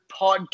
podcast